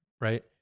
right